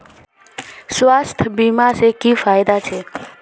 स्वास्थ्य बीमा से की की फायदा छे?